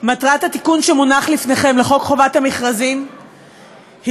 מטרת התיקון לחוק חובת המכרזים שמונח לפניכם